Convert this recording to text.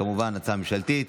כמובן, הצעה ממשלתית.